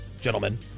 gentlemen